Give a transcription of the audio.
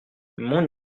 mon